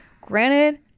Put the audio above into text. granted